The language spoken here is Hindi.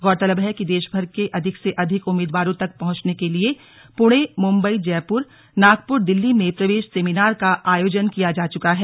गौरतलब है कि देशभर के अधिक से अधिक उम्मीदवारों तक पहंचने के लिए पूणे मुंबई जयप्र नागप्र दिल्ली में प्रवेश सेमिनार का आयोजन किया जा चुका है